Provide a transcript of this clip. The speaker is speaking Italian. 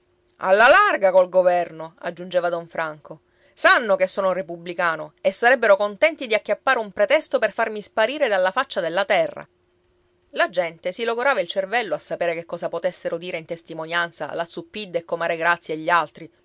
alla larga col governo aggiungeva don franco sanno che sono repubblicano e sarebbero contenti di acchiappare un pretesto per farmi sparire dalla faccia della terra la gente si logorava il cervello a sapere che cosa potessero dire in testimonianza la zuppidda e comare grazia e gli altri